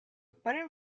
button